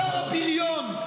השר הבריון?